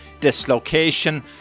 dislocation